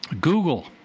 Google